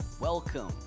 welcome